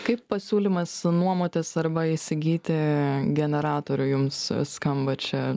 kaip pasiūlymas nuomotis arba įsigyti generatorių jums skamba čia